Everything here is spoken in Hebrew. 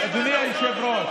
עשר שנים היית איתנו,